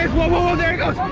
whoa, there it goes.